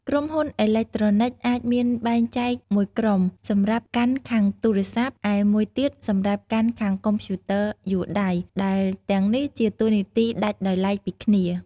ក្រុមហ៊ុនអេឡិចត្រូនិចអាចមានបែងចែកមួយក្រុមសម្រាប់កាន់ខាងទូរសព្ទ ឯមួយទៀតសម្រាប់កាន់ខាងកុំព្យូទ័រយួរដៃ ដែលទាំងនេះជាតួនាទីដាច់ដោយទ្បែកពីគ្នា។